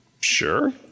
Sure